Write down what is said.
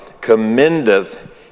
commendeth